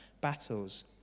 battles